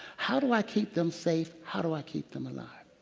how do i keep them safe, how do i keep them alive?